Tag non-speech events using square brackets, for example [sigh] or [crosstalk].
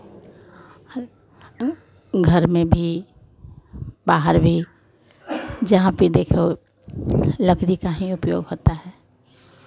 हर [unintelligible] घर में भी बाहर भी जहाँ पे देखो लकड़ी का ही उपयोग होता है